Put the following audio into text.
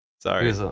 Sorry